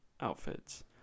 outfits